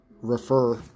refer